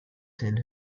send